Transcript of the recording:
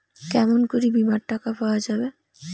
কেমন করি বীমার টাকা পাওয়া যাবে?